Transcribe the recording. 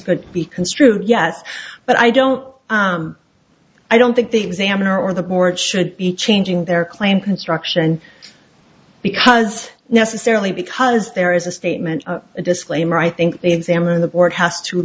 could be construed yes but i don't i don't think the examiner or the board should be changing their claim construction because necessarily because there is a statement a disclaimer i think they examine the board has to